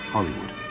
Hollywood